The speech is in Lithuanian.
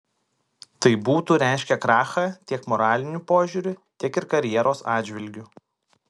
tai būtų reiškę krachą tiek moraliniu požiūriu tiek ir karjeros atžvilgiu